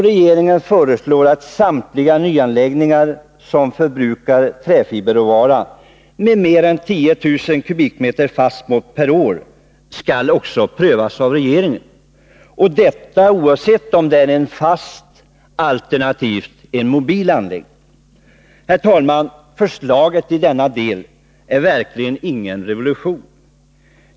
Regeringen föreslår att samtliga nyanläggningar som förbrukar träfiberråvara mer än 10000 m? fast mått per år också skall prövas av regeringen, oavsett om det är en fast alternativt mobil anläggning. Herr talman! Förslaget i denna del innebär verkligen ingen revolution.